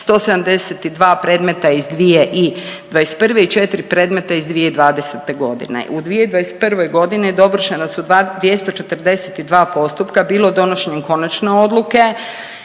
172 predmeta iz 2021. i 4 predmeta iz 2020. godine. U 2021. godini dovršena su 242 postupka bilo donošenjem konačne odluke,